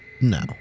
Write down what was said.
No